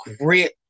great